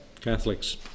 Catholics